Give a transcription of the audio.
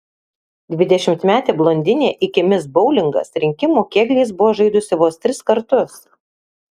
dvidešimtmetė blondinė iki mis boulingas rinkimų kėgliais buvo žaidusi vos tris kartus